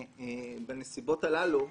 בנסיבות הללו,